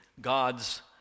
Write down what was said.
God's